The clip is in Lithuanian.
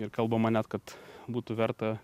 ir kalbama net kad būtų verta